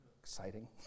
Exciting